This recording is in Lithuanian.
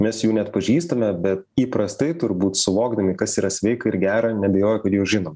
mes jų neatpažįstame bet įprastai turbūt suvokdami kas yra sveika ir gera neabejoju kad jau žinom